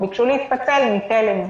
הם ביקשו להתפצל מתל"ם,